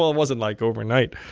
wasn't, like, overnight.